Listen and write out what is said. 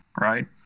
right